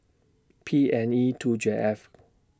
P N E two J F